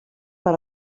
per